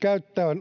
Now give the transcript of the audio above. käyttöön